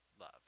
love